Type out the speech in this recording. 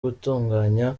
gutunganya